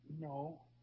No